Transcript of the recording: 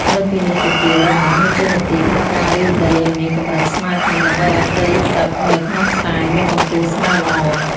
លើសពីនេះទៅទៀត រនាស់មានតួនាទីក្នុងការរាយដីឱ្យមានកម្រិតស្មើគ្នា ដើម្បីឱ្យផ្ទៃទឹកនៅក្នុងស្រែមានកម្ពស់ស្មើល្អ។